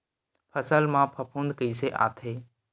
फसल मा फफूंद कइसे आथे?